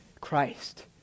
Christ